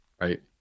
right